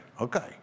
Okay